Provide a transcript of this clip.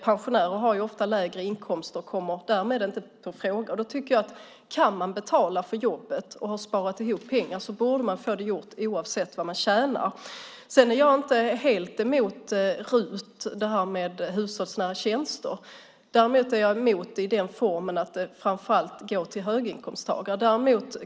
Pensionärer har ofta lägre inkomster och kommer därmed inte i fråga. Kan man betala för jobbet och har sparat ihop pengarna bör man få det gjort oavsett vad man tjänar. Jag är inte helt emot RUT och hushållsnära tjänster. Däremot är jag emot i den formen att det framför allt går till höginkomsttagare.